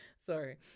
Sorry